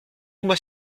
mois